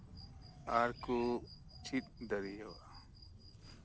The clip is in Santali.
ᱟᱨ ᱠᱚ ᱪᱮᱫ ᱫᱟᱲᱮᱭᱟᱜᱼᱟ